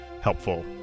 helpful